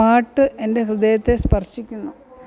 പാട്ട് എന്റെ ഹൃദയത്തെ സ്പർശിക്കുന്നു